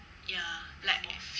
ya like it